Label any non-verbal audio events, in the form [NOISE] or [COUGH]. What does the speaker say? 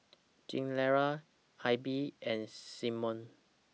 [NOISE] Gilera AIBI and Simmons